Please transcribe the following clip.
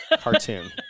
cartoon